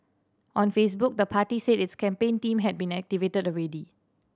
on Facebook the party said its campaign team had been activated already